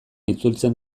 itzultzen